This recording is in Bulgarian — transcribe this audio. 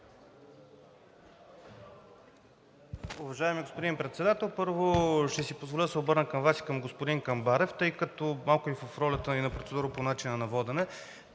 Уважаеми господин Председател, първо, ще си позволя да се обърна към Вас и към господин Камбарев – малко и в ролята на процедура по начина на водене,